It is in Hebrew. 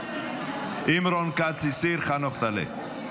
אם רון כץ הסיר, חנוך, תעלה.